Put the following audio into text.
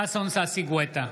ששון ששי גואטה,